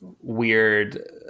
weird